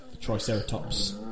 Triceratops